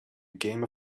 game